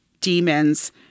demons